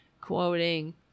quoting